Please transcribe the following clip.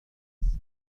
nichts